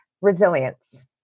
Resilience